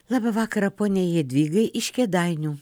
labą vakarą poniai jadvygai iš kėdainių